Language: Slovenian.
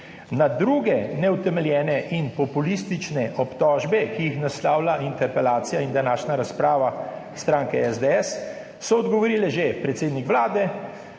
Na druge neutemeljene in populistične obtožbe, ki jih naslavlja interpelacija in današnja razprava stranke SDS, so odgovorili že predsednik Vlade